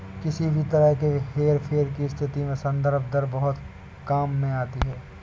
किसी भी तरह के हेरफेर की स्थिति में संदर्भ दर बहुत काम में आती है